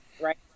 right